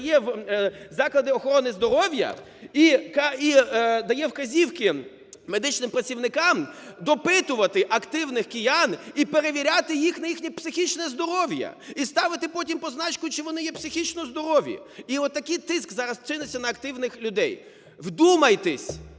заклади охорони здоров'я і дає вказівки медичним працівникам допитувати активних киян і перевіряти їх на їхнє психічне здоров'я і ставити потім позначку, чи вони є психічно здорові. І от такий тиск зараз чиниться на активних людей. Вдумайтесь